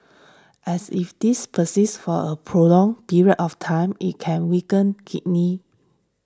and if this persists for a prolonged period of time it can weaken kidney